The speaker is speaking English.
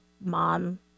mom